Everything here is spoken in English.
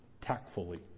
tactfully